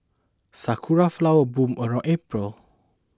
sakura flowers bloom around April